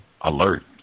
alert